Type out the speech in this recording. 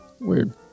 Weird